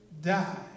die